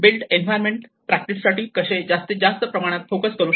build environment practice साठी कसे जास्त प्रमाणात फोकस करू शकतात